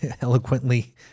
eloquently